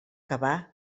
cavar